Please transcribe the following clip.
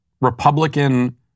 Republican